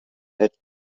had